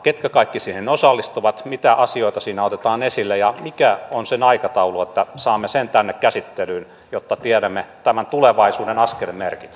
ketkä kaikki siihen osallistuvat mitä asioita siinä otetaan esille ja mikä on sen aikataulu että saamme sen tänne käsittelyyn jotta tiedämme tämän tulevaisuuden askelmerkit